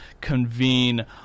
convene